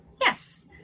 Yes